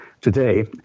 today